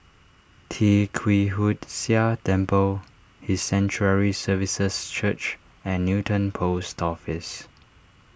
Tee Kwee Hood Sia Temple His Sanctuary Services Church and Newton Post Office